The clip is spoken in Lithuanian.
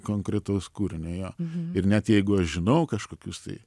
konkretaus kūrinio jo ir net jeigu aš žinau kažkokius tai